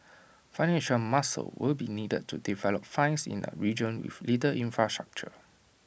financial muscle will be needed to develop finds in A region with little infrastructure